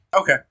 Okay